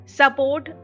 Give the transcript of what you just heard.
support